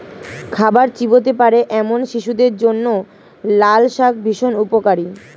খাবার চিবোতে পারে এমন শিশুদের জন্য লালশাক ভীষণ উপকারী